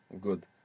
Good